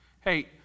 Hey